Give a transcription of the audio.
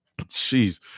Jeez